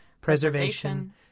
preservation